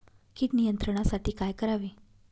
कीड नियंत्रणासाठी काय करावे?